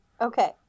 okay